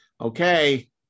Okay